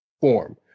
form